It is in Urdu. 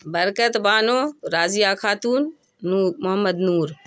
برکت بانو راضیہ خاتون محمد نور